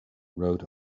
wrote